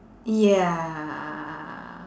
ya